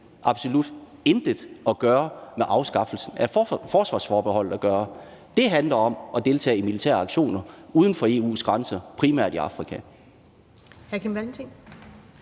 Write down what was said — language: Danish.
absolut intet – med afskaffelsen af forsvarsforbeholdet at gøre. Det handler om at deltage i militære aktioner uden for EU's grænser, primært i Afrika.